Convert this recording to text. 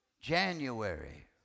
January